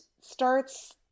starts